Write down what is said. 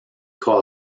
call